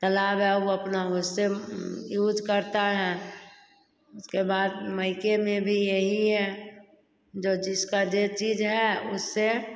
वो अपना उससे यूज़ करता है उसके बाद माइके में भी यही है जो जिसका जे चीज है उससे